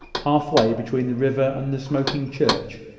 half way between the river and the smoking church,